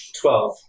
Twelve